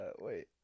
wait